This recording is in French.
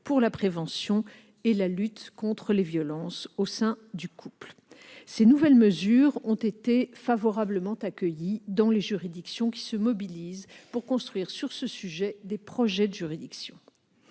pour la prévention et la lutte contre les violences au sein du couple. Ces nouvelles mesures ont été favorablement accueillies dans les juridictions qui se mobilisent pour construire, sur ce sujet, des projets de juridiction.